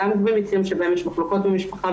גם במקרים שבהם יש מחלוקות למשפחה,